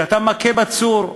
כשאתה מכה בצור,